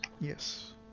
Yes